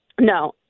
No